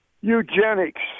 eugenics